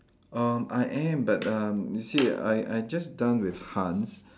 um I am but um you see I I just done with Hans